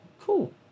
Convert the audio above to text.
Cool